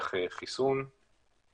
בחצבת שלוקים בה בינקות יש סיבוך מסוכן מאוד,